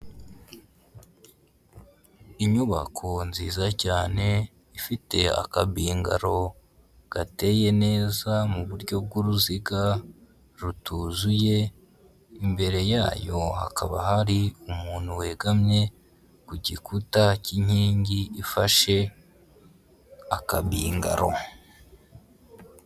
Inyubako nziza cyane ifite akabingaro gateye neza mu buryo bw'uruziga rutuzuye, imbere yayo hakaba hari umuntu wegamye ku gikuta cy'inkingi ifashe akabingaro.